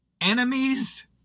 enemies